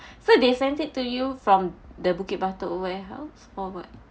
so they sent it to you from the bukit batok warehouse or what